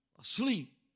asleep